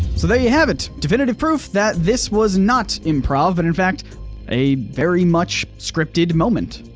so there you have it. definitive proof that this was not improv, but in fact a very much scripted moment.